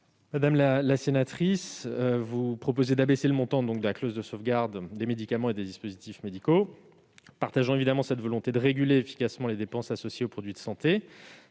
L'amendement n° 827 a pour objet d'abaisser le montant de la clause de sauvegarde des médicaments et des dispositifs médicaux. Nous partageons évidemment cette volonté de réguler efficacement les dépenses associées aux produits de santé,